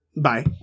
Bye